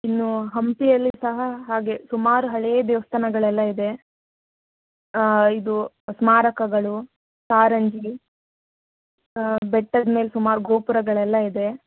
ಇನ್ನು ಹಂಪಿಯಲ್ಲಿ ಸಹ ಹಾಗೆ ಸುಮಾರು ಹಳೆಯ ದೇವಸ್ಥಾನಗಳೆಲ್ಲ ಇದೆ ಇದು ಸ್ಮಾರಕಗಳು ಕಾರಂಜಿ ಬೆಟ್ಟದಮೇಲೆ ಸುಮಾರು ಗೋಪುರಗಳೆಲ್ಲ ಇದೆ